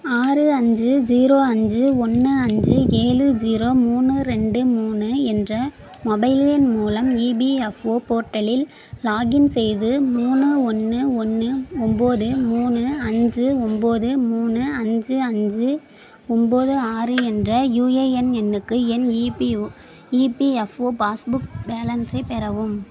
ஆறு அஞ்சு ஜீரோ அஞ்சு ஒன்று அஞ்சு ஏழு ஜீரோ மூணு ரெண்டு மூணு என்ற மொபைல் எண் மூலம் இபிஎஃப்ஓ போர்ட்டலில் லாக்இன் செய்து மூணு ஒன்று ஒன்று ஒன்போது மூணு அஞ்சு ஒன்போது மூணு அஞ்சு அஞ்சு ஒன்போது ஆறு என்ற யுஏஎன் எண்ணுக்கு என் இபிஓ இபிஎஃப்ஓ பாஸ்புக் பேலன்ஸை பெறவும்